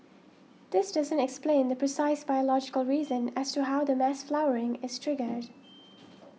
this doesn't explain the precise biological reason as to how the mass flowering is triggered